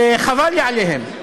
וחבל לי עליהם,